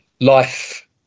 life